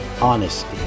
honesty